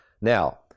Now